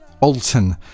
alton